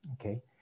Okay